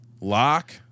Lock